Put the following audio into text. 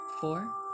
four